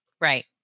Right